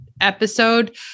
episode